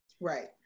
Right